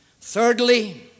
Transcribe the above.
Thirdly